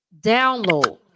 download